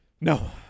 No